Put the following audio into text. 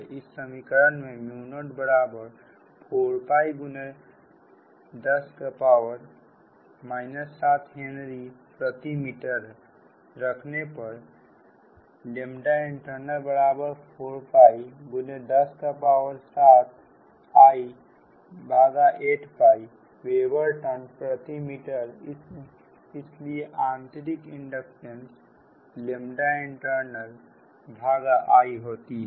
इस समीकरण में 04x 10 7हेनरी प्रति मीटर रखने पर int4x 10 7I8वेबर टर्न प्रति मीटर इसलिए आंतरिक इंडक्टेंस int भागा I होती है